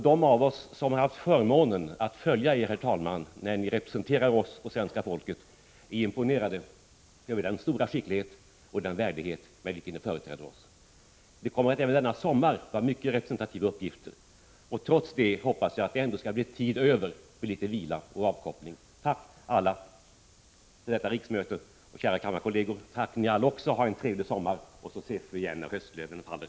De som har haft förmånen att följa Er, herr talman, när Ni representerar det svenska folket är imponerade över den stora skicklighet och den värdighet med vilken Ni företräder oss. Det kommer att vara många representativa uppgifter även denna sommar. Trots det hoppas jag att det skall bli tid över för vila och avkoppling. Kära kammarledamöter! Tack ni alla för detta riksmöte och ha en trevlig sommar! Vi ses igen när höstlöven faller.